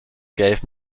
gave